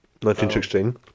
1916